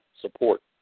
support